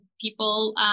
people